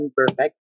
perfect